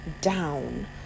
down